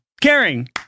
caring